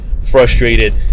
frustrated